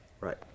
Right